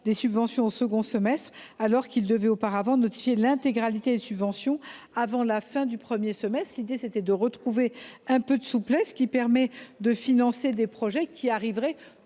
des subventions au second semestre alors qu’ils devaient auparavant notifier l’intégralité des subventions avant la fin du premier semestre. L’idée était de retrouver un peu de souplesse, de manière à financer des projets déposés tout